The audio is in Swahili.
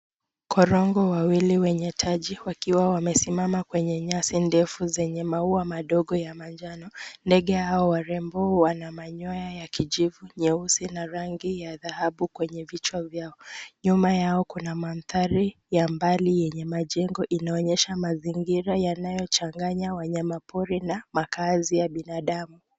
Korongo wawili wenye taji wakiwa wamesimama kwenye nyasi ndefu zenye maua madogo ya manjano. Ndege hawa warembo wana manyoya ya kijivu nyeusi na rangi ya dhahabu kwenye vicha vyao. Nyuma yao kuna mandhari ya mbali yenye majengo inayooneysha mazingira yanayochanganya wanyamapori na makazi ya binadamu.